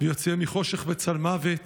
ויוציאם מחושך וצלמוות,